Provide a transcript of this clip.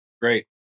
great